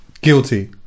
Guilty